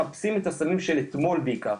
מחפשים את הסמים של אתמול בעיקר,